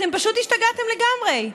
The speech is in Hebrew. אתם פשוט השתגעתם לגמרי.